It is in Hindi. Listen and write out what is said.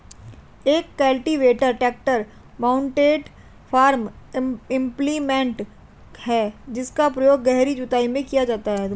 एक cultivator tractor mounted farm implement है जिसका उपयोग गहरी जुताई में किया जाता है